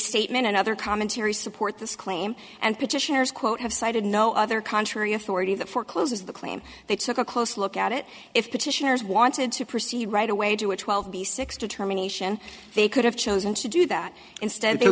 restatement and other commentary support this claim and petitioners quote have cited no other contrary authority that forecloses the claim they took a close look at it if petitioners wanted to proceed right away to a twelve b six determination they could have chosen to do that instead they